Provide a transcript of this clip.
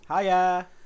Hiya